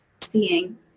seeing